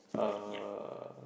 uh